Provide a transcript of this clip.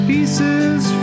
Pieces